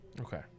Okay